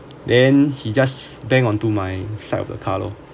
then he just bang onto my side of the car loh